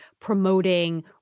promoting